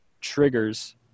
triggers